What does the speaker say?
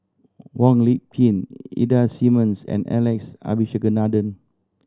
Wong Lip Ida Simmons and Alex Abisheganaden